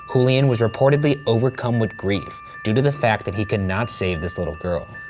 julian was reportedly overcome with grief due to the fact that he could not save this little girl.